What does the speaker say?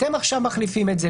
אתם עכשיו מחליפים את זה,